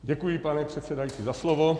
Děkuji, pane předsedající za slovo.